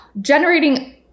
generating